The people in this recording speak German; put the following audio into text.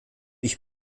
ich